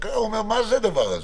ואמר: מה זה הדבר הזה?